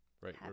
Right